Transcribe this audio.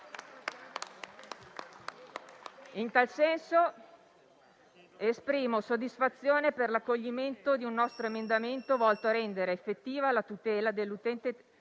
In tal senso, esprimo soddisfazione per l'accoglimento di un nostro emendamento volto a rendere effettiva la tutela dell'utente